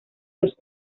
los